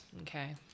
okay